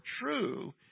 true